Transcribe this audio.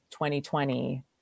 2020